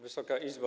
Wysoka Izbo!